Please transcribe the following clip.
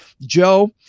Joe